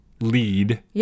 lead